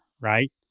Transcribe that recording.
right